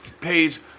pays